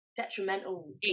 detrimental